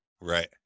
Right